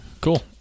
Cool